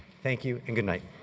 thank you and good night.